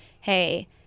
hey